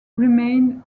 remained